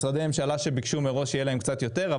משרדי ממשלה שביקשו מראש יהיה להם קצת יותר.